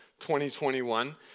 2021